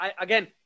Again